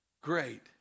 great